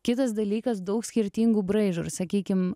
kitas dalykas daug skirtingų braižų ir sakykim